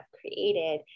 created